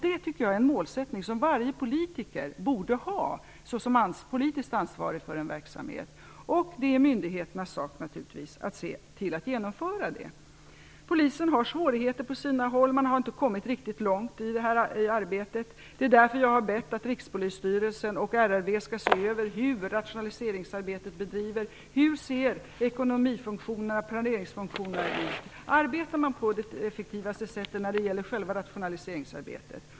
Det är en målsättning som varje politiker borde ha såsom politiskt ansvarig för en verksamhet, och det är naturligtvis myndigheternas sak att se till att genomföra det. Polisen har svårigheter på sina håll. Man har inte kommit så långt i detta arbete. Det är därför jag har bett Rikspolisstyrelsen och Riksrevisionsverket att se över hur rationaliseringsarbetet bedrivs, hur ekonomioch planeringsfunktionerna fungerar och om rationaliseringsarbetet fungerar på det effektivaste sättet.